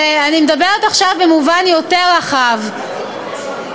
אני מדברת עכשיו במובן רחב יותר.